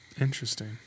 Interesting